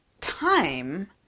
time